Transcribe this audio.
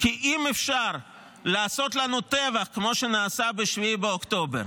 כי אם אפשר לעשות לנו טבח כמו שנעשה ב-7 באוקטובר,